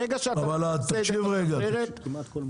אם זה בקצה השרשרת,